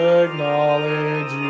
acknowledge